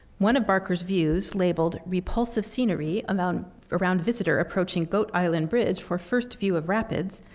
one of barker's views, labeled repulsive scenery um around around visitor approaching goat island bridge for first view of rapids,